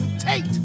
Tate